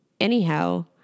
Anyhow